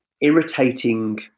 irritating